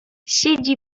siedzi